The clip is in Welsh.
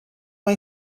mae